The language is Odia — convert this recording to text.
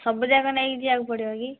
ସବୁଯାକ ନେଇକି ଯିବାକୁ ପଡ଼ିବ କି